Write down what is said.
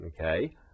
okay